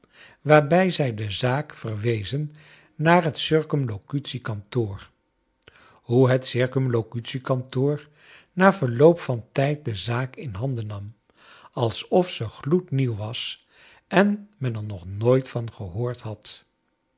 waarbij zij de zaak verwezen naar het oircumlocutiekantoor hoe het c k na verloop van tijd de zaak in handen nam alsof ze gloednieuw was en men er nog nooit van gehoord had